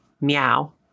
Meow